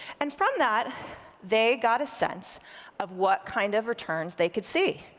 and from that they got a sense of what kind of returns they could see,